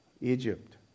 Egypt